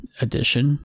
Edition